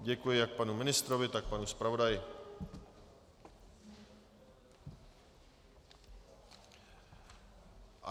Děkuji jak panu ministrovi, tak panu zpravodaji.